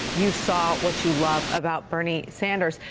you saw what you love about bernie sanders.